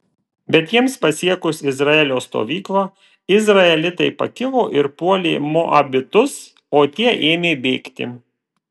bet jiems pasiekus izraelio stovyklą izraelitai pakilo ir puolė moabitus o tie ėmė bėgti